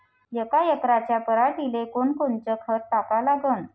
यका एकराच्या पराटीले कोनकोनचं खत टाका लागन?